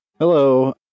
Hello